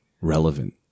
relevant